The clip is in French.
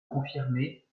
confirmer